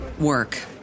work